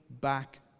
back